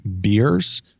beers